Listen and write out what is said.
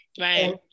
right